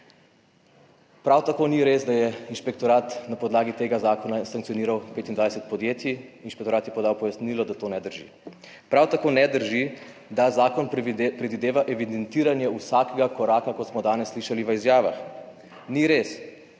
Prav tako ni res, da je inšpektorat na podlagi tega zakona sankcioniral 25 podjetij. Inšpektorat je podal pojasnilo, da to ne drži. Prav tako ne drži, da zakon predvideva evidentiranje vsakega koraka, kot smo danes slišali v izjavah. Ni res.